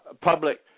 public